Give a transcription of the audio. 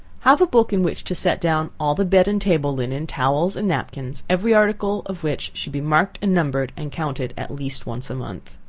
have a book in which to set down all the bed and table linen, towels and napkins every article of which should be marked and numbered, and counted at least once a month.